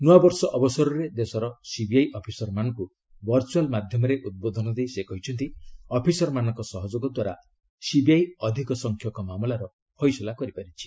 ନୂଆବର୍ଷ ଅବସରରେ ଦେଶର ସିବିଆଇ ଅଫିସରମାନଙ୍କୁ ଭର୍ଚୁଆଲ୍ ମାଧ୍ୟମରେ ଉଦ୍ବୋଧନ ଦେଇ ସେ କହିଛନ୍ତି ଅଫିସର୍ମାନଙ୍କ ସହଯୋଗ ଦ୍ୱାରା ସିବିଆଇ ଅଧିକ ସଂଖ୍ୟକ ମାମଲାର ଫଇସଲା କରିପାରିଛି